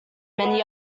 many